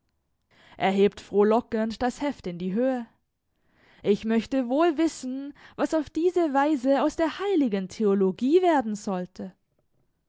hebt frohlockend das heft in die höhe ich möchte wohl wissen was auf diese weise aus der heiligen theologie werden sollte